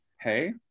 hey